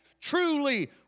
truly